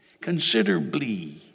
considerably